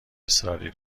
اصراری